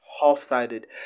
half-sided